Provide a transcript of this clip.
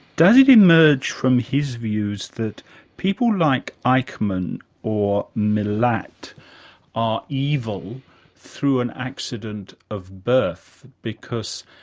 does it emerge from his views that people like eichmann or milat are evil through an accident of birth, because,